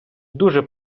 дуже